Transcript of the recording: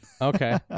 Okay